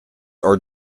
are